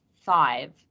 five